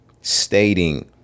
stating